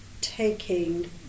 taking